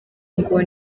ngo